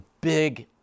big